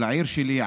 העיר שלי,